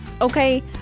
Okay